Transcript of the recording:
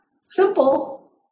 Simple